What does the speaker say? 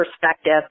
perspective